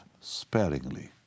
sparingly